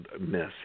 miss